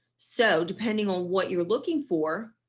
so depending on what you're looking for,